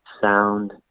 sound